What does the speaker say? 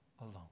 alone